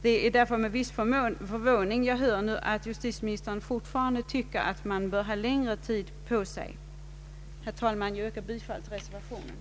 Det är därför med viss förvåning jag nu hör att justitieministern fortfarande tycker att departementet bör få längre tid på sig. Herr talman! Jag yrkar bifall till reservationen.